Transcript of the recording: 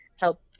help